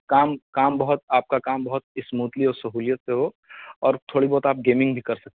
کام کام بہت آپ کا کام بہت اسموتھلی اور سہولیت سے ہو اور تھوڑی بہت آپ گیمنگ بھی کر سکیں